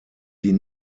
sie